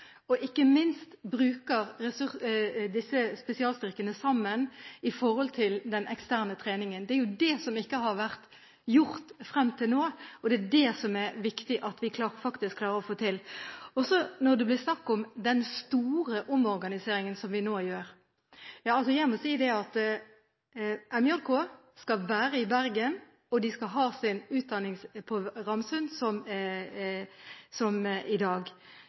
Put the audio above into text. og ikke minst at man bruker disse spesialstyrkene sammen når det gjelder den eksterne treningen. Det er jo det som ikke har vært gjort frem til nå, og det er det som er viktig at vi faktisk klarer å få til. Når det blir snakk om den store omorganiseringen som vi nå gjør, må jeg si at MJK skal være i Bergen, og de skal ha sin utdanning på Ramsund, som i dag.